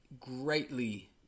greatly